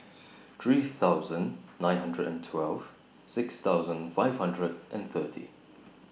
three thousand nine hundred and twelve six thousand five hundred and thirty